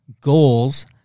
goals